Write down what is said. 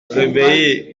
réveillé